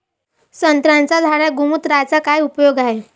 संत्र्याच्या झाडांले गोमूत्राचा काय उपयोग हाये?